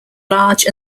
large